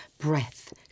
breath